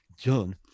john